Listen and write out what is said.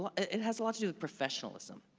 it has a lot to do with professionalism.